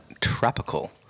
tropical